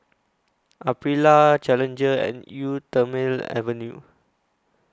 Aprilia Challenger and Eau Thermale Avene